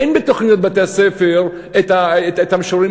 אין בתוכניות בתי-הספר המשוררים